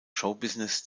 showbusiness